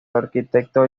arquitecto